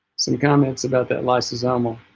and comments about that lysosomal